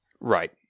Right